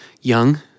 young